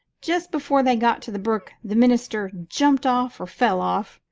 just before they got to the brook the minister jumped off or fell off.